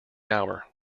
hour